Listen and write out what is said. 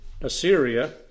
Assyria